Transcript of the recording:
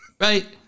Right